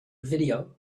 video